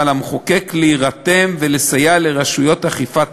ועל המחוקק להירתם ולסייע לרשויות אכיפת